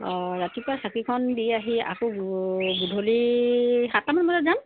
অঁ ৰাতিপুৱা চাকিখন দি আহি আকৌ গ গধূলি সাতটামান বজাত যাম